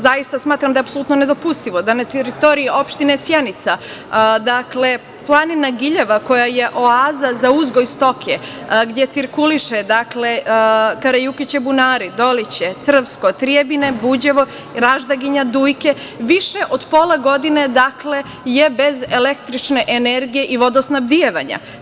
Zaista smatram da je apsolutno nedopustivo da na teritoriji opštine Sjenica, planina Giljeva koja je oaza za uzgoj stoke, gde cirkuliše Karajukića Bunari, Doliće, Crvsko, Trijebine, Buđevo, Raždaginja, Dujke više od pola godine je bez električne energije i vodosnabdevanja.